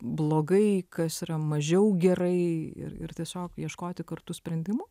blogai kas yra mažiau gerai ir ir tiesiog ieškoti kartu sprendimų